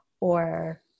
or-